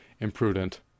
imprudent